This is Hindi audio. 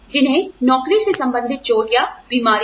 जिन्हें नौकरी से संबंधित चोट या बीमारी हैं